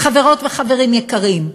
חברות וחברים יקרים,